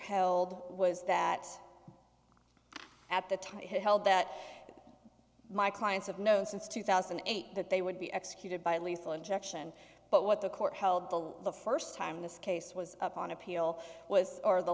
held was that at the time he held that my clients have known since two thousand and eight that they would be executed by lethal injection but what the court held the law the first time this case was up on appeal was